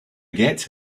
get